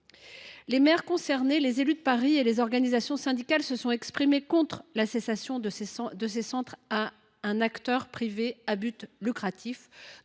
Les maires concernés, les élus de Paris et les organisations syndicales se sont exprimés contre la cessation de ces centres à un acteur privé à but lucratif